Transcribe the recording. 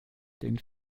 den